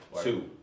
Two